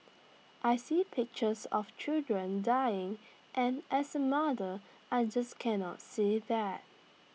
I see pictures of children dying and as A mother I just can not see that